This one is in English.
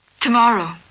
Tomorrow